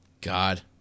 God